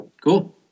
cool